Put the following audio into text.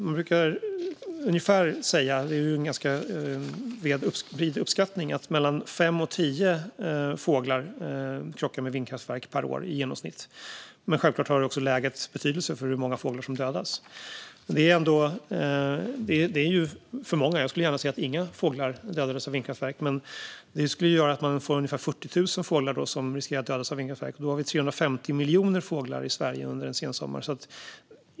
Man brukar ungefär säga - det är en ganska bred uppskattning - att mellan fem och tio fåglar krockar med ett vindkraftverk i genomsnitt per år. Självklart har också läget betydelse för hur många fåglar som dödas. Det är för många. Jag skulle gärna se att inga fåglar dödades av vindkraftverk. Det skulle göra att man får ungefär 40 000 fåglar som riskerar att dödas av vindkraftverk. Vi har 350 miljoner fåglar i Sverige under en sensommar.